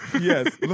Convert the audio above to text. Yes